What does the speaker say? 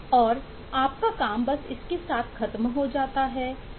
और आपका काम बस इसके साथ खत्म हो जाता हैं